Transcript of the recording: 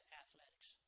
athletics